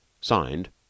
signed